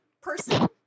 person